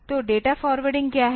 तो data forwarding क्या है